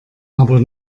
aber